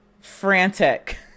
frantic